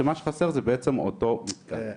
כשמה שחסר זה בעצם אותו מתקן.